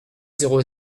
zéro